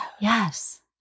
Yes